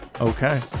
Okay